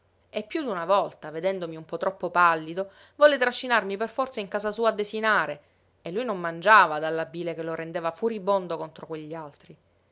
e piú d'una volta vedendomi un po troppo pallido volle trascinarmi per forza in casa sua a desinare e lui non mangiava dalla bile che lo rendeva furibondo contro quegli altri